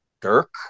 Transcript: Dirk